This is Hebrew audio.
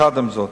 עם זאת,